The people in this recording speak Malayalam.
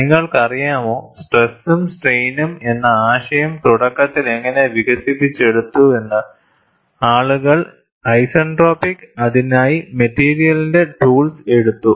നിങ്ങൾക്കറിയാമോ സ്ട്രെസും സ്ട്രെയിനും എന്ന ആശയം തുടക്കത്തിൽ എങ്ങനെ വികസിപ്പിച്ചെടുത്തുവെന്ന് ആളുകൾ ഐസോട്രോപിക് അതിനായി മെറ്റീരിയലിന്റെ ടൂൾസ് എടുത്തു